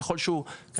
ככל שהוא קטן,